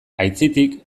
aitzitik